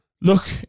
look